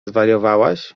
zwariowałaś